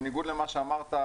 בניגוד למה שאמרת,